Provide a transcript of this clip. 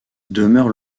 demeure